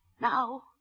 now